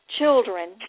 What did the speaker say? children